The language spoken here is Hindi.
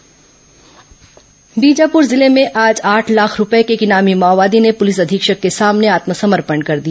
माओवादी समर्पण बीजापुर जिले में आज आठ लाख रूपये के एक इनामी माओवादी ने पुलिस अधीक्षक के सामने आत्मसमर्पण कर दिया